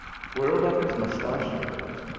twirled up his mustachios,